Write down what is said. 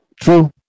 True